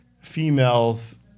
females